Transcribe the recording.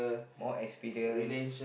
or experience